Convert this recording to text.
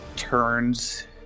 turns